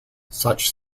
such